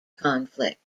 conflict